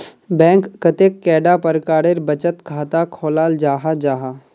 Bank कतेक कैडा प्रकारेर बचत खाता खोलाल जाहा जाहा?